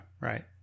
right